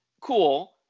cool